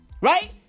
Right